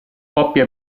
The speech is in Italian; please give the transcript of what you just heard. coppie